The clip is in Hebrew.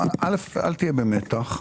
אל תהיה במתח.